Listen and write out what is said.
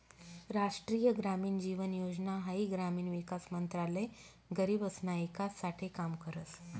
राष्ट्रीय ग्रामीण जीवन योजना हाई ग्रामीण विकास मंत्रालय गरीबसना ईकास साठे काम करस